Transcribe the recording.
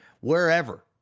wherever